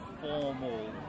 formal